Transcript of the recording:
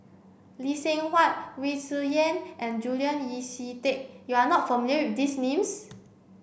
Lee Seng Huat Wu Tsai Yen and Julian Yeo See Teck you are not familiar with these names